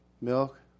milk